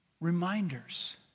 Reminders